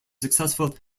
successful